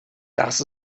das